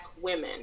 women